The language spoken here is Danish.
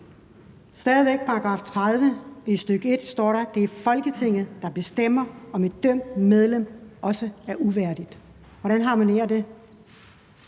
stadig væk står der i § 30, stk. 1, at det er Folketinget, der bestemmer, om et dømt medlem også er uværdigt. Hvordan harmonerer det?